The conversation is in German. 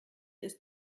ist